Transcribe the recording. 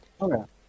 Okay